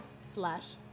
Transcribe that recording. slash